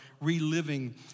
reliving